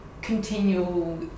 continual